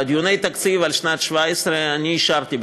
בדיונים על התקציב לשנת 2017 אני אישרתי,